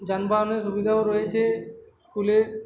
যানবাহনের সুবিধাও রয়েছে স্কুলে